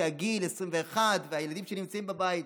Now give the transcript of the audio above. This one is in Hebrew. שהגיל 21 והילדים שנמצאים בבית.